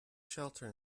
shelter